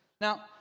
Now